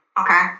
Okay